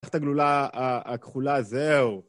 קח את הגלולה הכחולה, זהו!